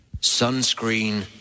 sunscreen